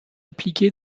appliqué